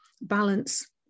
balance